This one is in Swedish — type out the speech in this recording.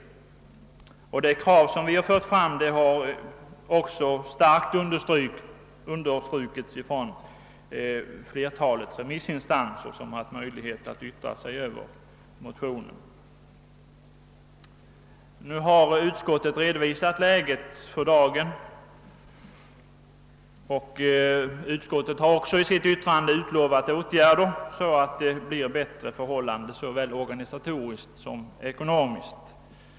Våra krav har kraftigt understrukits av remissinstanser, som haft möjlighet att yttra sig över motionen. Utskottet har redovisat läget för dagen och det har också i sitt utlåtande utlovat åtgärder som skall åstadkomma bättre förhållanden i såväl organisatoriskt som ekonomiskt hänseende.